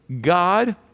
God